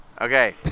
Okay